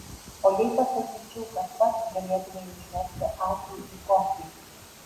o jei pasakyčiau kad pats galėtumei užmesti akį į kofį